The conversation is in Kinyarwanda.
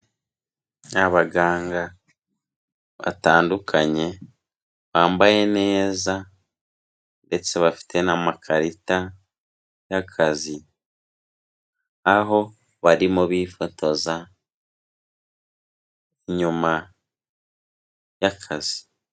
Ni abaganga batandukanye, bambaye neza, ndetse bafite n'amakarita y'akazi. Aho barimo bifotoza inyuma y'akazi.